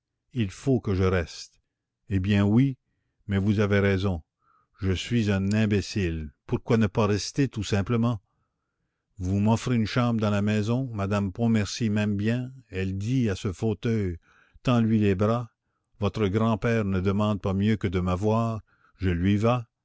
il faut que je reste eh bien oui mais vous avez raison je suis un imbécile pourquoi ne pas rester tout simplement vous m'offrez une chambre dans la maison madame pontmercy m'aime bien elle dit à ce fauteuil tends lui les bras votre grand-père ne demande pas mieux que de m'avoir je lui vas